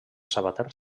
sabater